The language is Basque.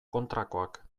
kontrakoak